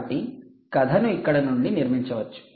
కాబట్టి కథను ఇక్కడ నుండి నిర్మించవచ్చు